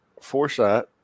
Foresight